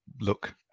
look